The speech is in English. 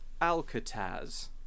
Alcatraz